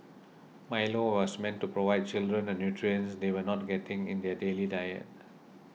Milo was meant to provide children the nutrients they were not getting in their daily diet